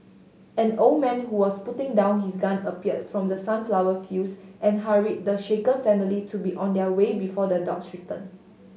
an old man who was putting down his gun appeared from the sunflower fields and hurried the shaken family to be on their way before the dogs return